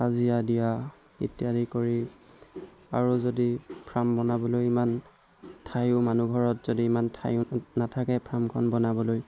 হাজিৰা দিয়া ইত্যাদি কৰি আৰু যদি ফ্ৰাম বনাবলৈ ইমান ঠাইও মানুহ ঘৰত যদি ইমান ঠাই নাথাকে ফাৰ্মখন বনাবলৈ